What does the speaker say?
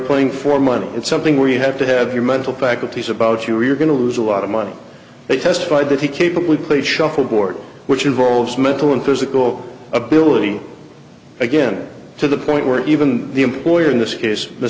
playing for money it's something we have to have your mental faculties about you're going to lose a lot of money they testified that he capably play shuffleboard which involves mental and physical ability again to the point where even the employer in this case